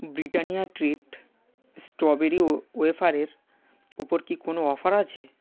Britannia treat strawberry ওয়েফারের ওপর কি কোনও অফার আছে